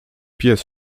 pies